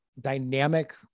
dynamic